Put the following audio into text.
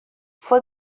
fue